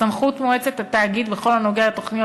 סמכות מועצת התאגיד בכל הנוגע לתוכניות